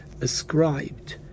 ascribed